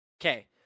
Okay